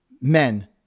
men